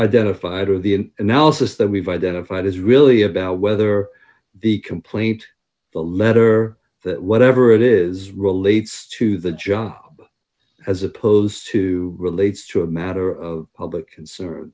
identified or the end analysis that we've identified is really about whether the complaint the letter that whatever it is relates to the judge as opposed to relates to a matter of public concern